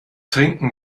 trinken